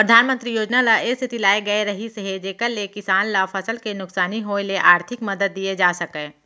परधानमंतरी योजना ल ए सेती लाए गए रहिस हे जेकर ले किसान ल फसल के नुकसानी होय ले आरथिक मदद दिये जा सकय